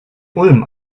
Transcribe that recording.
ulm